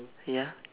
ya